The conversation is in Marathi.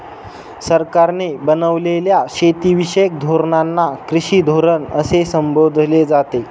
सरकारने बनवलेल्या शेतीविषयक धोरणांना कृषी धोरण असे संबोधले जाते